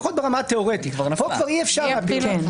לפחות ברמה התיאורטית, פה כבר אי אפשר להפיל.